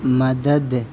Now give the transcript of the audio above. مدد